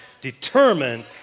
determined